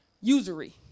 usury